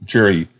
Jerry